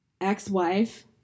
ex-wife